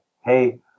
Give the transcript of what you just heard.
hey